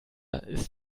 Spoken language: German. ist